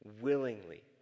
willingly